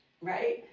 right